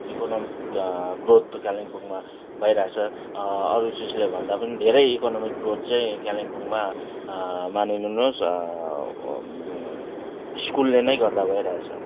economic growth कालिम्पोङमा भइरहेछ अरू चिजलेभन्दा पनि धेरै इकोनोमिक ग्रोथ चाहिँ कालिम्पोङमा मानिलिनुहोस् स्कुलले नै गर्दा भइरहेछ